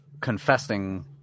confessing